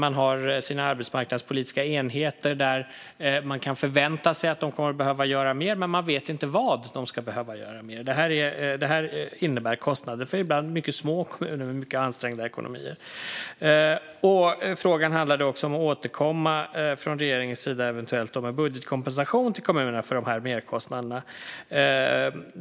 De har sina arbetsmarknadspolitiska enheter där man kan förvänta sig att de kommer att behöva göra mer, men man vet inte vad de ska behöva göra mer. Detta innebär kostnader för ibland mycket små kommuner med mycket ansträngda ekonomier. Frågorna handlade också om att eventuellt återkomma från regeringens sida med budgetkompensation till kommunerna för dessa merkostnader.